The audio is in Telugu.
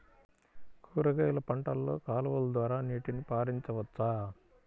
కూరగాయలు పంటలలో కాలువలు ద్వారా నీటిని పరించవచ్చా?